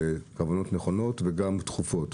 וכוונות נכונות וגם דחופות.